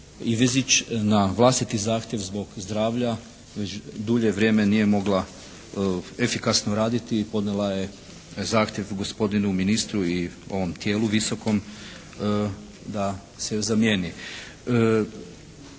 Ivezić na vlastiti zahtjev zbog zdravlja već dulje vrijeme nije mogla efikasno raditi i podnijela je zahtjev gospodinu ministru i ovom tijelu visokom da je se zamijeni.